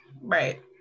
right